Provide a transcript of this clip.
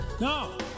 No